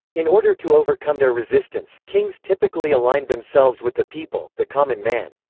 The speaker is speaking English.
in order to overcome their resistance, kings typically aligned themselves with the people, the common man.